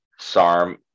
SARM